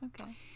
Okay